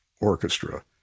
Orchestra